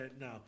no